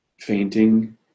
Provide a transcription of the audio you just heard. fainting